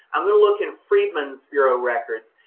i'm going to look in freedmen's bureau records,